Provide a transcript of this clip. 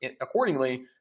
accordingly